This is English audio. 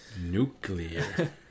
Nuclear